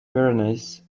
pyrenees